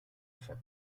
enfant